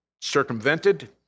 circumvented